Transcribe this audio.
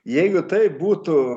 jeigu tai būtų